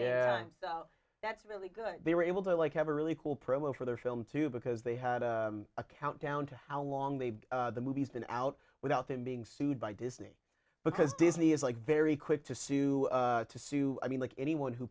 yeah that's really good they were able to like have a really cool promo for their film too because they had a count down to how long the movie's been out without them being sued by disney because disney is like very quick to sue to sue i mean like anyone who